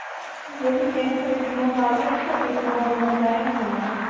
ؤلِو کیٚنٛہہ چھُنہٕ أسۍ دِمو نَظر تہٕ أکِس دۅن دۄہَن تام یِمو أسۍ